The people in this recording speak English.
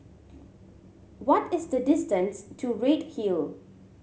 what is the distance to Redhill